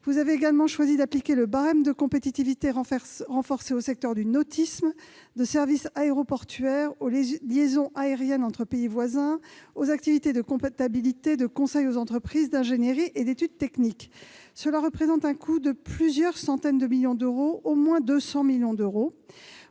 vous avez également choisi d'appliquer le barème de compétitivité renforcée au secteur du nautisme, aux services aéroportuaires, aux liaisons aériennes entre pays voisins, aux activités de comptabilité, de conseil aux entreprises, d'ingénierie et d'études techniques. Cela représente un coût d'au moins 200 millions d'euros.